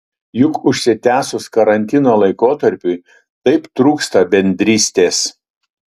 juk užsitęsus karantino laikotarpiui taip trūksta bendrystės